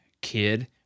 kid